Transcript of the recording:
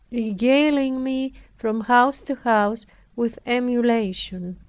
regaling me from house to house with emulation.